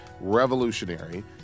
revolutionary